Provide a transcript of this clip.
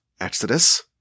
Exodus